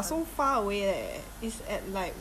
got plugs or not plugs is very important